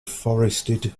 forested